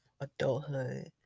adulthood